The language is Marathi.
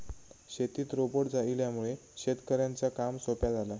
शेतीत रोबोट इल्यामुळे शेतकऱ्यांचा काम सोप्या झाला